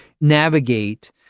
navigate